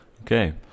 Okay